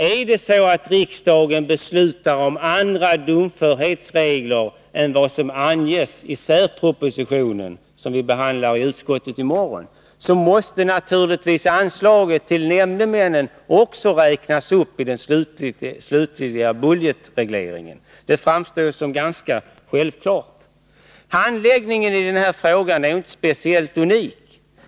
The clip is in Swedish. Är det så att riksdagen beslutar om andra domförhetsregler än dem som anges i särpropositionen — som vi alltså behandlar i utskottet i morgon — måste naturligtvis anslaget till nämndemännen räknas upp i den slutliga budgetregleringen. Det framstår som ganska självklart. Handläggningen i den här frågan är inte speciellt unik.